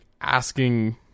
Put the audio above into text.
asking